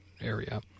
area